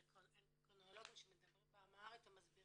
אנדוקרינולוגים שמדברים באמהרית ומסבירים?